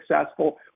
successful